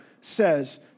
says